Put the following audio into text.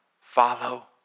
follow